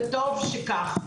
וטוב שכך.